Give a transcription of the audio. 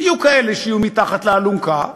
יהיו כאלה שיהיו מתחת לאלונקה,